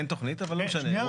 אין תוכנית אבל לא משנה.